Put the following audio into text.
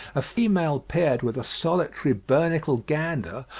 a female paired with a solitary bernicle gander,